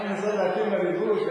אפשר לנסות להתאים ללבוש.